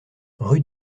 rue